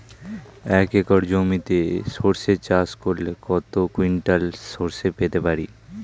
এক একর জমিতে সর্ষে চাষ করলে কত কুইন্টাল সরষে পেতে পারি?